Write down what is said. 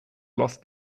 lost